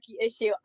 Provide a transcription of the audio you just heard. issue